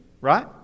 right